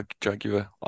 Jaguar